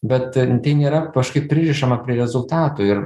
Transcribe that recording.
bet tai nėra kažkaip pririšama prie rezultatų ir